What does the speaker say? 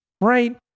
Right